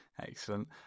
excellent